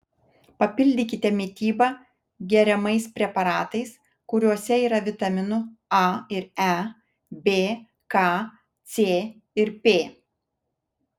papildykite mitybą geriamais preparatais kuriuose yra vitaminų a ir e b k c ir p